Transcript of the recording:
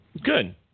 Good